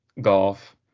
golf